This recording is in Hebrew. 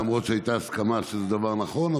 למרות שהייתה הסכמה שזה דבר נכון,